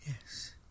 Yes